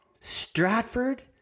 Stratford